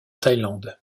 thaïlande